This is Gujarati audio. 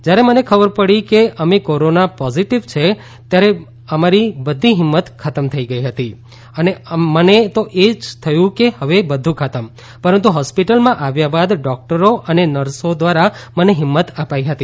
જ્યારે મને ખબર પડી કે અમે કોરોના પોઝીટીવ છે ત્યારે મારી બધી હિંમત ખતમ થઈ ગઈ અને મને તો એમ જ થયુ કે હવે બધુ ખતમ પરંતુ હોસ્પિટલમાં આવ્યા બાદ ડૉક્ટરો અને નર્સો દ્રારા મને હિંમત અપાઇ હતી